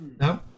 No